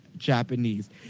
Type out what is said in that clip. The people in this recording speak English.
Japanese